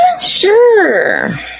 Sure